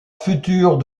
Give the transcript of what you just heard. futures